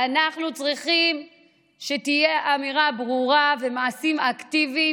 אנחנו צריכים שתהיה אמירה ברורה ומעשים אקטיביים